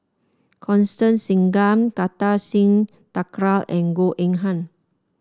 Constance Singam Kartar Singh Thakral and Goh Eng Han